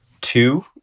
two